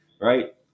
right